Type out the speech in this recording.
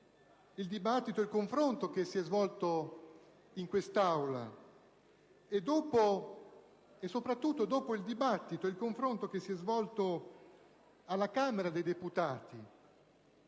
il dibattito e il confronto che si è svolto in quest'Aula, e soprattutto dopo il dibattito e il confronto che si è svolto alla Camera dei deputati,